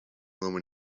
women